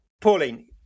Pauline